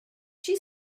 chi